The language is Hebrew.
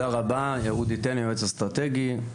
אני יועץ אסטרטגי,